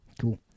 Cool